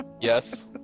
yes